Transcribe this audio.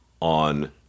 on